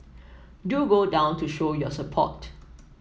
do go down to show your support